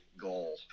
goal